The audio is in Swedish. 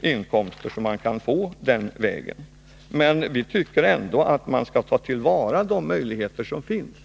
inkomster man kan få den vägen. Men vi tycker ändå att man skall ta till vara de möjligheter som finns.